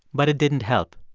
but it didn't help.